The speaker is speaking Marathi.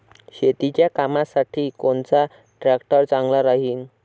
शेतीच्या कामासाठी कोनचा ट्रॅक्टर चांगला राहीन?